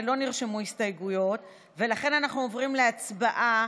יבגני סובה,